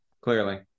Clearly